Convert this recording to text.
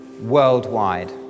worldwide